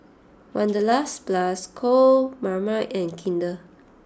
Wanderlust Plus Co Marmite and Kinder